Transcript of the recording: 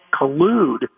collude